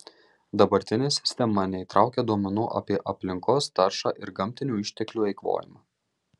dabartinė sistema neįtraukia duomenų apie aplinkos taršą ir gamtinių išteklių eikvojimą